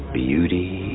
beauty